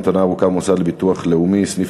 המתנה ארוכה במוסד לביטוח לאומי סניף